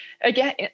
again